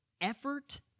effort